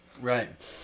Right